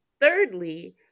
Thirdly